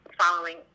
following